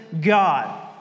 God